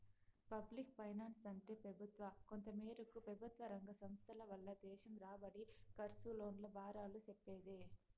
public ఫైనాన్సంటే పెబుత్వ, కొంతమేరకు పెబుత్వరంగ సంస్థల వల్ల దేశం రాబడి, కర్సు, లోన్ల బారాలు సెప్పేదే